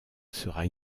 sera